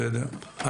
בסדר,